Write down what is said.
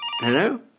hello